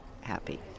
happy